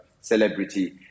celebrity